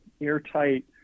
airtight